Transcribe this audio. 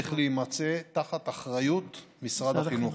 צריך להימצא תחת אחריות משרד החינוך.